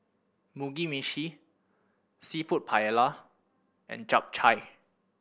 Mugi Meshi Seafood Paella and Japchae